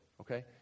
okay